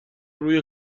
روی